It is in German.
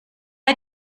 hat